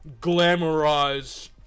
glamorize